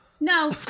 No